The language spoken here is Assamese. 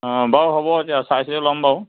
অ' বাৰু হ'ব এতিয়া চাই চিতি ল'ম বাৰু